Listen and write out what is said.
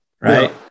Right